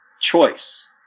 choice